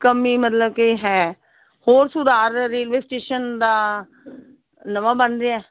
ਕਮੀ ਮਤਲਬ ਕਿ ਹੈ ਹੋਰ ਸੁਧਾਰ ਰੇਲਵੇ ਸਟੇਸ਼ਨ ਦਾ ਨਵਾਂ ਬਣ ਰਿਹਾ